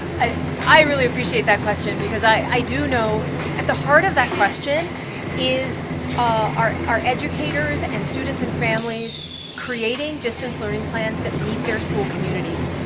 i i really appreciate that question because i do know at the heart of that question is our our educators and students and families creating distance learning plans that meet their school communities.